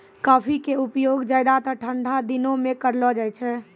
coffee के उपयोग ज्यादातर ठंडा दिनों मॅ करलो जाय छै